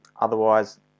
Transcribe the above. Otherwise